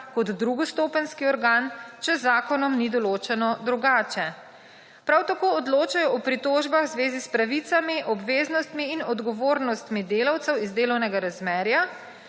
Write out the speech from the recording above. kot drugostopenjski organ, če z zakonom ni določeno drugače. Prav tako odločajo o pritožbah v zvezi s pravicami, obveznostmi in odgovornostmi delavcev iz delovnega razmerja,